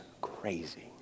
crazy